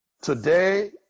Today